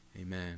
amen